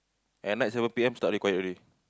at night seven P_M start be quiet already